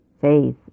faith